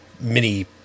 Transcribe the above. mini